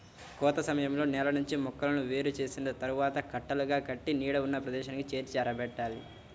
కోత సమయంలో నేల నుంచి మొక్కలను వేరు చేసిన తర్వాత కట్టలుగా కట్టి నీడ ఉన్న ప్రదేశానికి చేర్చి ఆరబెట్టాలి